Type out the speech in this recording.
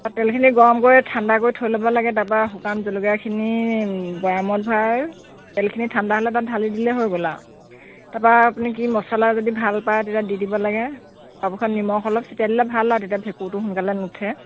তেলখিনি গৰম কৰি ঠাণ্ডা কৰি থৈ লব লাগে তাৰ পৰা শুকান জলকীয়াখিনি বৈয়ামত ভৰাই পিনি তেলখিনি ঠাণ্ডা হ'লে তাত ধালি দিলে হৈ গ'ল আৰু তাৰ পৰা আপুনি কি মছলা যদি ভাল পায় তেতিয়া দি দিব লাগে তাৰ পিছত নিমখ অলপ চটিয়াই দিলে ভাল আৰু তেতিয়া ভেঁকুৰটো সোনকালে নুঠে